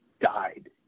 died